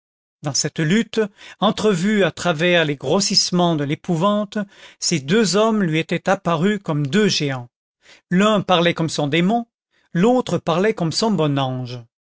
dans cette lutte entrevue à travers les grossissements de l'épouvante ces deux hommes lui étaient apparus comme deux géants l'un parlait comme son démon l'autre parlait comme son bon ange